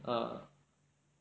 ah